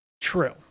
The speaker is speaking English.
True